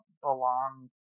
belong